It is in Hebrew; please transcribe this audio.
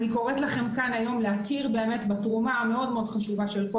אני קוראת לכם כאן להכיר באמת בתרומה המאוד חשובה של כל